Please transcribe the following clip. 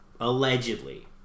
Allegedly